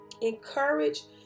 encourage